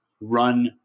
run